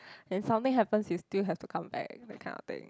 when something happens you still have have to come back that kind of thing